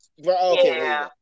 Okay